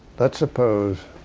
let's suppose